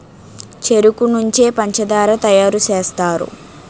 చెరుకు నుంచే పంచదార తయారు సేస్తారు